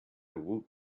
woot